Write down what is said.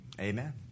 amen